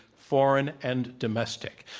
foreign and domestic.